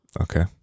Okay